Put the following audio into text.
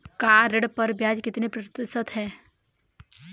Car ऋण पर ब्याज कितने प्रतिशत है?